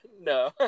no